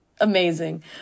amazing